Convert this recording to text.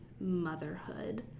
motherhood